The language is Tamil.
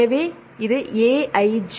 எனவே இது Aij